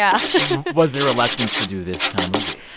yeah was there reluctance to do this kind of movie?